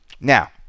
now